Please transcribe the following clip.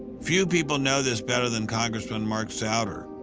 few people know this better than congressman mark souder.